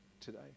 today